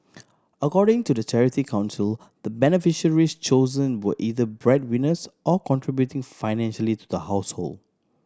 according to the Charity Council the beneficiaries chosen were either bread winners or contributing financially to the household